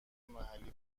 محلی